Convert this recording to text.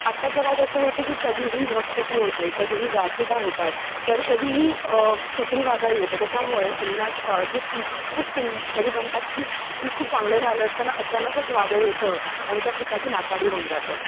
आत्ताच्या काळात असं होतं की कधीही ढगफुटी होते कधीही गारपिट होतात तर कधीही चक्रीवादळ येतं त्याच्यामुळे अन्न जे पीक खूप सुंद कधी म्हणतात की पीक खूप चांगलं आलं असताना अचानकच वादळ येतं आणि त्या पिकाची नासाडी होऊन जाते